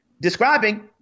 describing